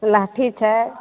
लहठी छै